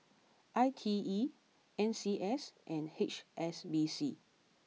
I T E N C S and H S B C